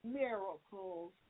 miracles